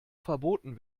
verboten